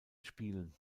spielen